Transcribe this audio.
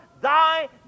thy